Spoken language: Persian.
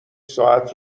ساعت